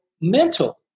mental